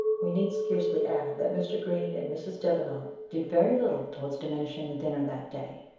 we need scarcely add, that mr. green and mrs. devenant did very little towards diminishing the dinner that day.